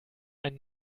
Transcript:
ein